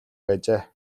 байжээ